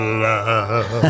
love